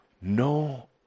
no